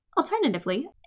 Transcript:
Alternatively